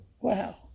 Wow